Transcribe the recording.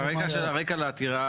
הרקע לעתירה